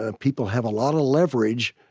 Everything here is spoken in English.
ah people have a lot of leverage